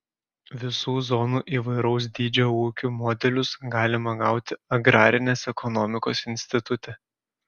visų zonų įvairaus dydžio ūkių modelius galima gauti agrarinės ekonomikos institute